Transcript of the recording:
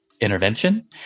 intervention